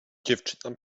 dziewczyna